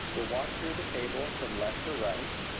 we'll walk through the table from left to right.